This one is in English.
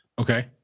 Okay